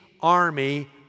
army